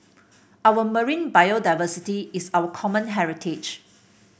our marine biodiversity is our common heritage